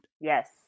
yes